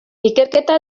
ikerketa